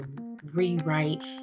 rewrite